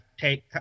take